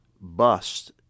bust